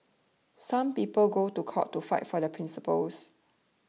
some people go to court to fight for their principles